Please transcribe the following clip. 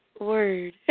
Word